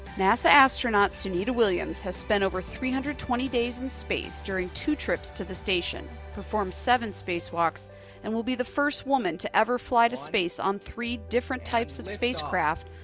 nasa astronauts sunita williams has spent over three hundred and twenty days in space during two trips to the station, perform seven spacewalks and will be the first woman to ever fly to space on three different types of spacecraft.